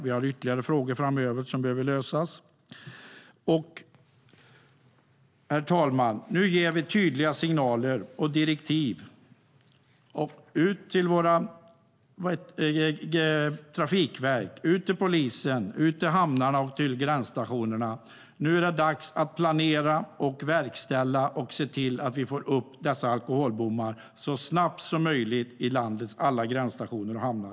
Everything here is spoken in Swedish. Vi har ytterligare frågor framöver som behöver lösas. Herr talman! Nu ger vi tydliga signaler och direktiv till Trafikverket, till polisen, till hamnarna och gränsstationerna. Nu är det dags att planera och verkställa och att se till att vi får upp dessa alkobommar så snabbt som möjligt i landets alla gränsstationer och hamnar.